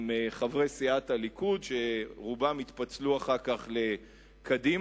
יחד עם חברי סיעת הליכוד שרובם התפצלו אחר כך לקדימה.